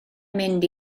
mynd